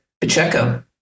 Pacheco